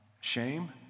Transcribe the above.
shame